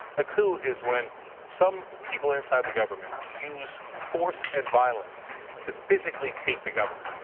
a coup is when some people inside the government use force and violence to physically take the government.